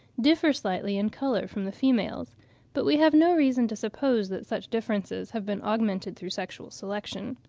differ slightly in colour from the females but we have no reason to suppose that such differences have been augmented through sexual selection.